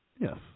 Yes